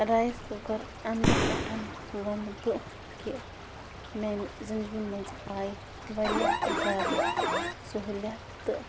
rice cooker اَنٛنہٕ پٮ۪ٹھ وَنہٕ بہٕ کہِ میٛانہِ زِنٛدگی منٛز آے واریاہ زیادٕ سہوٗلِیت تہٕ